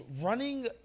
running